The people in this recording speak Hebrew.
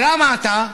ולמה אתה,